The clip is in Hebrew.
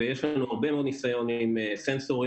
ויש לנו הרבה ניסיון עם סנסורים,